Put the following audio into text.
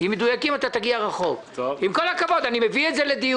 עם כל הכבוד, אני מביא את זה לדיון.